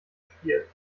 spiel